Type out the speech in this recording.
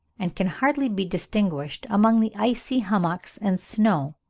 and can hardly be distinguished among the icy hummocks and snow,